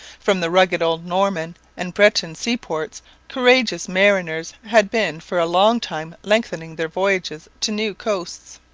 from the rugged old norman and breton seaports courageous mariners had been for a long time lengthening their voyages to new coasts.